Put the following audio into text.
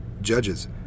judges